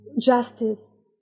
Justice